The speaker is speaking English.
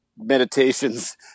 meditations